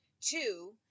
Two